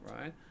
right